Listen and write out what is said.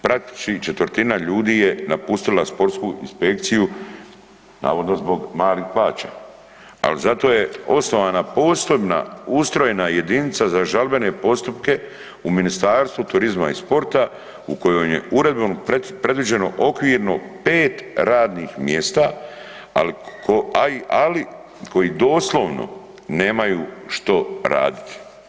Praktički četvrtina ljudi je napustila sportsku inspekciju navodno zbog malih plaća, ali zato je osnovana posebna ustrojna jedinica za žalbene postupke u Ministarstvu turizma i sporta u kojoj je uredbom predviđeno okvirno 5 radnih mjesta, ali koji doslovno nemaju što raditi.